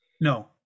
no